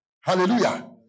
Hallelujah